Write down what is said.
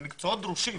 אלה מקצועות דרושים.